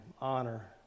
honor